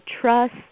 trust